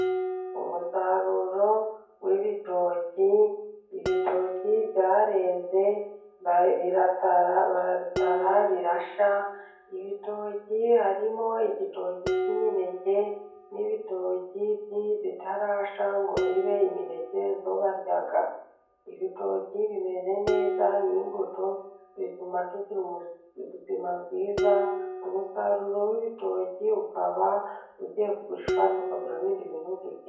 Umusaruro w'ibitoki ,ibitoki byareze biratara barabitara birashya, ibitoki harimo: igitoki cy'imineke bitarashya ngo bibe imineke yo kurya ibitoki bimeze neza, ni imbuto bituma tugira ubuzima bwiza .Umusaruro w'ibitoki ukaba ugiye kugurishwa tukaguramo ibindi bintu duke.